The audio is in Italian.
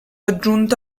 aggiunto